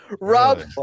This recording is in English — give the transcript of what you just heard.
Rob